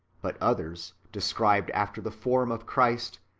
but others, described after the form of christ,